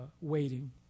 waiting